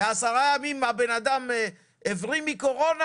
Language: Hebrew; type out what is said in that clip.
בעשרה ימים אדם הבריא מקורונה?